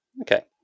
okay